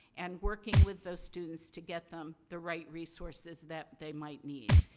and working with those students to get them the right resources that they might need.